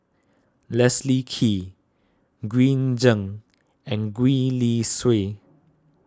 Leslie Kee Green Zeng and Gwee Li Sui